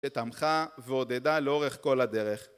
שתמכה ועודדה לאורך כל הדרך